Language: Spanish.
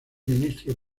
ministro